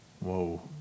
Whoa